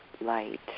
light